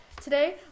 Today